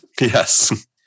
Yes